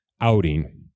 outing